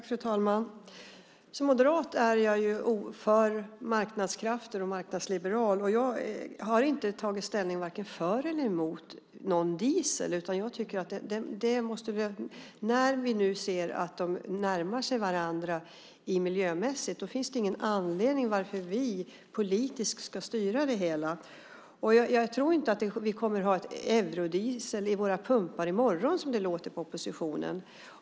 Fru talman! Som moderat och marknadsliberal är jag för marknadskrafter. Jag har inte tagit ställning vare sig för eller emot någon diesel. När vi nu ser att de närmar sig varandra miljömässigt finns det ingen anledning till att vi politiskt ska styra det hela. Jag tror inte att vi kommer att ha europadiesel i våra pumpar i morgon, som det låter på oppositionen.